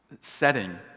setting